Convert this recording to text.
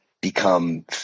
become